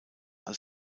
als